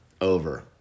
over